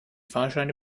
fahrscheine